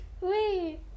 Wait